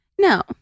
No